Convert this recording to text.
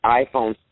iPhone